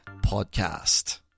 podcast